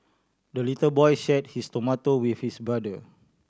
the little boy shared his tomato with his brother